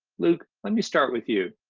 luke, let me start with you.